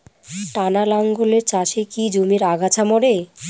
টানা লাঙ্গলের চাষে কি জমির আগাছা মরে?